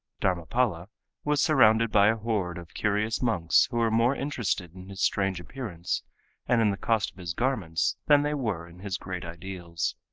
dharmapala was surrounded by a horde of curious monks who were more interested in his strange appearance and in the cost of his garments than they were in his great ideals.